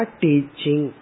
teaching